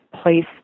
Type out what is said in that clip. place